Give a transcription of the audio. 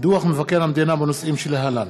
דוח מבקר המדינה בנושאים שלהלן: